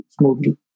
smoothly